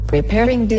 Preparing